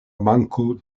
manko